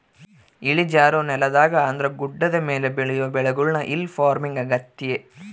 ಇಳಿಜಾರು ನೆಲದಾಗ ಅಂದ್ರ ಗುಡ್ಡದ ಮೇಲೆ ಬೆಳಿಯೊ ಬೆಳೆಗುಳ್ನ ಹಿಲ್ ಪಾರ್ಮಿಂಗ್ ಆಗ್ಯತೆ